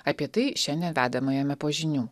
apie tai šiandien vedamajame po žinių